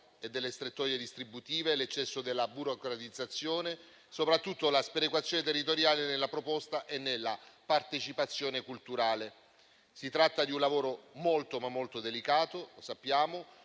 e delle strettoie distributive, l'eccesso della burocratizzazione e soprattutto la sperequazione territoriale nella proposta e nella partecipazione culturale. Si tratta di un lavoro molto delicato e complesso - lo sappiamo